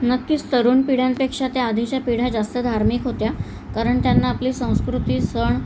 नक्कीच तरुण पिढ्यांपेक्षा त्याआधीच्या पिढ्या जास्त धार्मिक होत्या कारण त्यांना आपली संस्कृती सण